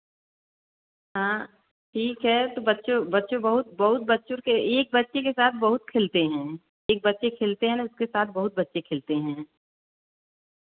हाँ ठीक है तो बच्चों बच्चों बहुत बहुत बच्चों के एक बच्चे के साथ बहुत खेलते हैं एक बच्चे खेलते हैं न उसके साथ बहुत बच्चे खेलते हैं